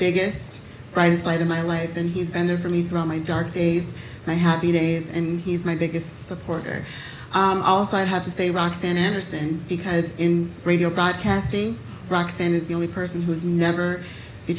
biggest brightest light of my life and he's been there for me to grow my dark days my happy days and he's my biggest supporter also i have to say roxanne anderson because in radio broadcasting roxanne is the only person who's never